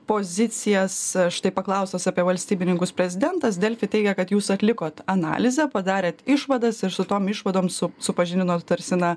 pozicijas štai paklaustas apie valstybininkus prezidentas delfi teigia kad jūs atlikot analizę padarėt išvadas ir su tom išvadom su supažindinot tarsi na